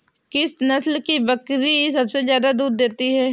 किस नस्ल की बकरी सबसे ज्यादा दूध देती है?